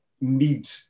need